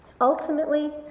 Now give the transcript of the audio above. Ultimately